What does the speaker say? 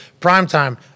primetime